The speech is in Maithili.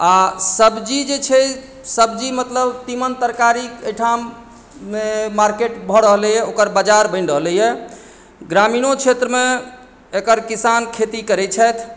आ सब्जी जे छै सब्जी मतलब तीमन तरकारी एहि ठाममे मार्केट भऽ रहलैए ओकर बजार बनि रहलैए ग्रामीणो क्षेत्रमे एकर किसान खेती करैत छथि